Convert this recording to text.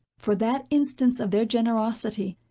for that instance of their generosity,